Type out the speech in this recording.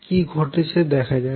কি ঘটছে দেখা যাক